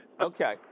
Okay